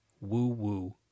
woo-woo